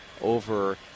over